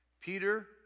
Peter